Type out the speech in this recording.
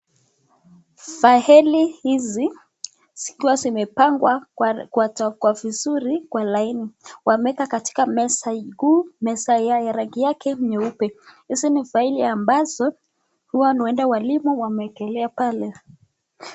Faili hizi zikiwa zimepangwa kwa vizuri kwa laini, wameeka katika meza kuu, meza ya rangi yake nyeupe. Hizi ni faili ambazo huwa ueda walimu wameekelea.